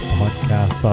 podcast